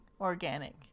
organic